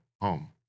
home